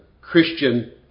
Christian